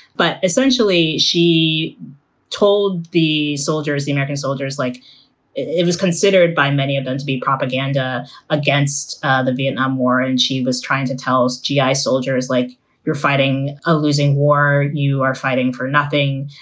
but essentially, she told the soldiers, the american soldiers, like it was considered by many of them to be propaganda against ah the vietnam war. and she was trying to tell us g i. soldiers like you're fighting a losing war, you are fighting for nothing.